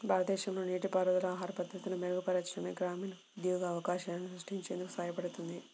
భారతదేశంలో నీటిపారుదల ఆహార భద్రతను మెరుగుపరచడానికి, గ్రామీణ ఉద్యోగ అవకాశాలను సృష్టించేందుకు సహాయపడుతుంది